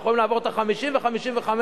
אנחנו יכולים לעבור את ה-50,000 וה-55,000,